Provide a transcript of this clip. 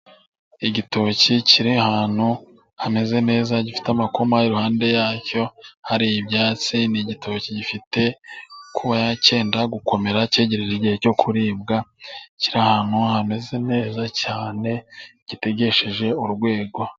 Igitoki kiri ahantu hameze neza gifite amakoma iruhande rwacyo hari ibyatsi. Ni igitoki gifite kuba cyenda gukomera cyegereje igihe cyo kuribwa kiri ahantu hameze neza cyane gitegesheje urwego.